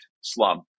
slum